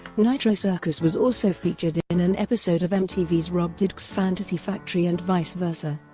nitro circus was also featured in an episode of mtv's rob dyrdek's fantasy factory and vice versa.